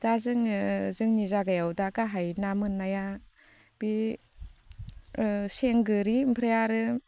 दा जोङो जोंनि जागायाव दा गाहाय ना मोननाया बे सें गोरि ओमफ्राय आरो